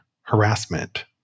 harassment